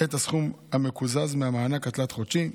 את הסכום המקוזז מהמענק התלת-חודשי.